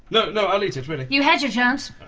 no no, i'll eat it, really you had your chance.